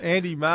Andy